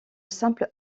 simple